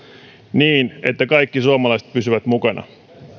niin että kaikki suomalaiset pysyvät mukana